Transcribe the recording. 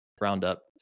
roundup